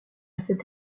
cette